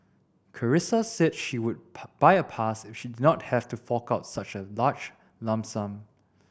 Carissa said she would buy a pass if she did not have to fork out such a large lump sum